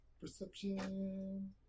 perception